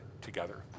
together